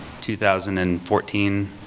2014